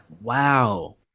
wow